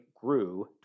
grew